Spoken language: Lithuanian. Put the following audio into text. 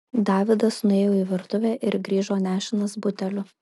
davidas nuėjo į virtuvę ir grįžo nešinas buteliu